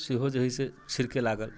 सेहो जे हइ से छिलकै लागल